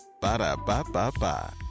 Ba-da-ba-ba-ba